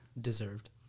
Deserved